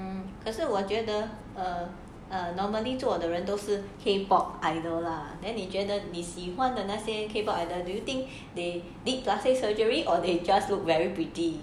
可是我觉得 err normally 做的人都是 K pop idol lah then 你觉得你喜欢的那些 K pop idol do you think they did plastic surgery or they just look very pretty